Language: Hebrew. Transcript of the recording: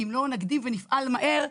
אם לא נקדים ונפעל מהר,